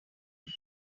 use